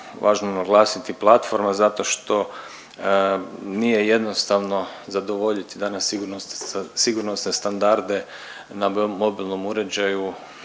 važno naglasiti platforma? Zato što nije jednostavno zadovoljiti danas sigurnosne standarde na mobilnom uređaju